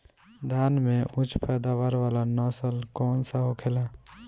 धान में उच्च पैदावार वाला नस्ल कौन सा होखेला?